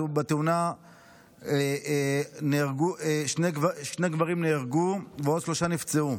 בתאונה שני גברים נהרגו ועוד שלושה נפצעו,